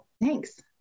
thanks